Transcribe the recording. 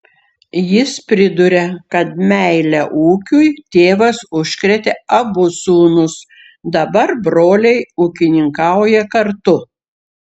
jis priduria kad meile ūkiui tėvas užkrėtė abu sūnus dabar broliai ūkininkauja kartu